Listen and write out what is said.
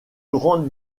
grandes